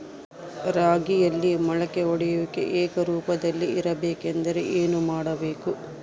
ರಾಗಿಯಲ್ಲಿ ಮೊಳಕೆ ಒಡೆಯುವಿಕೆ ಏಕರೂಪದಲ್ಲಿ ಇರಬೇಕೆಂದರೆ ಏನು ಮಾಡಬೇಕು?